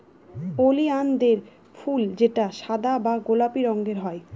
ওলিয়ানদের ফুল যেটা সাদা বা গোলাপি রঙের হয়